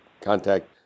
contact